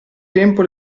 tempo